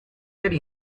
era